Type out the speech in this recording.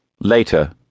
Later